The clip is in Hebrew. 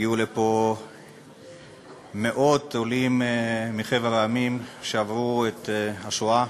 הגיעו לפה מאות עולים מחבר המדינות שעברו את השואה.